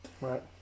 right